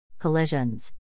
Collisions